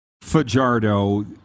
Fajardo